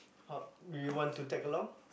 how do you want to tag along